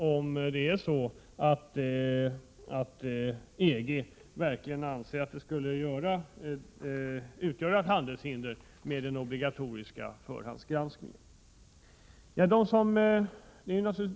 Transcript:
Arbetarskyddsstyrelsen ifrågasätter t.o.m. om EG verkligen anser att den obligatoriska förhandsgranskningen utgör ett handelshinder.